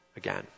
again